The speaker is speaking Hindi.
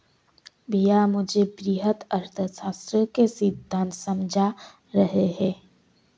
भैया मुझे वृहत अर्थशास्त्र के सिद्धांत समझा रहे हैं